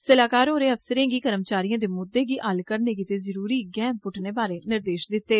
सलाहकार होरें अफसरें गी कर्मचारियें दे मुद्दें गी हल करने गितै ज़रुरी गैं पुट्टने बारै निर्देष दिते